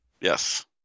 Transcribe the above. Yes